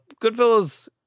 Goodfellas